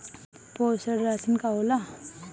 पोषण राशन का होला?